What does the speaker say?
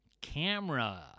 camera